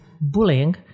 bullying